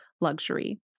luxury